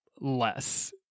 less